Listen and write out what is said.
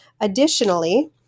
Additionally